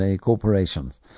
corporations